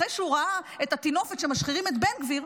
אחרי שהוא ראה את הטינופת שמשחירים את בן גביר,